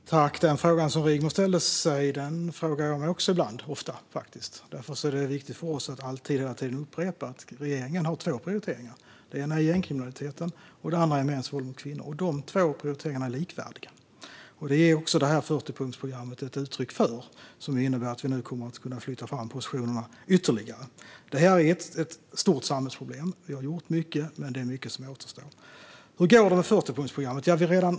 Herr talman! Den fråga som Rigmor ställde sig ställer jag mig ofta även själv. Därför är det viktigt för oss att hela tiden upprepa att regeringen har två prioriteringar. Den ena är gängkriminaliteten. Den andra är mäns våld mot kvinnor. De två prioriteringarna är likvärdiga, vilket också det här 40punktsprogrammet är ett uttryck för. Programmet innebär att vi nu kommer att kunna flytta fram positionerna ytterligare. Det här är ett stort samhällsproblem. Vi har gjort mycket, men det är också mycket som återstår. Hur går det då med 40-punktsprogrammet?